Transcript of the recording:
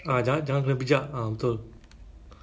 ya but but most